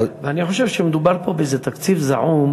אני חושב שמדובר פה באיזה תקציב זעום